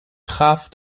traf